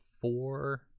four